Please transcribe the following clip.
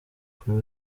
kuri